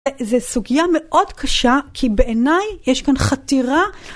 זה סוגיה מאוד קשה, כי בעיניי יש כאן חתירה.